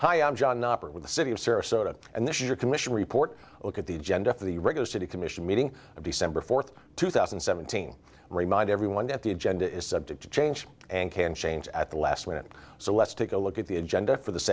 hi i'm john with the city of sarasota and this is a commission report look at the agenda for the radio city commission meeting december fourth two thousand and seventeen remind everyone that the agenda is subject to change and can change at the last minute so let's take a look at the agenda for th